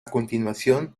continuación